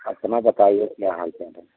आपना बताइए क्या हाल चल है